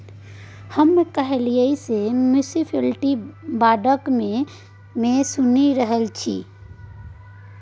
हम काल्हि सँ म्युनिसप्लिटी बांडक बारे मे सुनि रहल छी